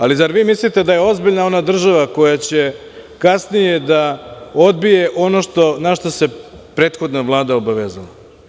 Ali, zar vi mislite da je ozbiljna ona država koja će kasnije da odbije ono na šta se prethodna Vlada obavezala?